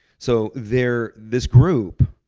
so they're this group